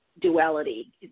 duality